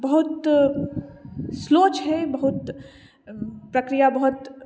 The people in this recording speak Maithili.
बहुत स्लो छै बहुत प्रक्रिया बहुत